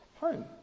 home